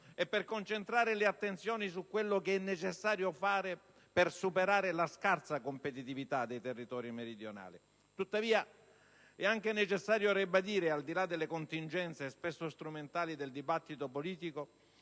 e per concentrare le attenzioni su quello che è necessario fare per superare la scarsa competitività dei territori meridionali. Tuttavia, è anche necessario ribadire - al di là delle contingenze, spesso strumentali, del dibattito politico